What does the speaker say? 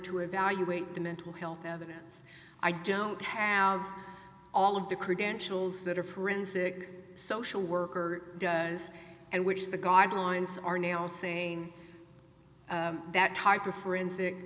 to evaluate the mental health evidence i don't have all of the credentials that a forensic social worker does and which the guard lines are now saying that type of forensic